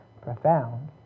profound